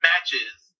matches